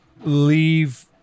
leave